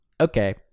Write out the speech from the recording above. okay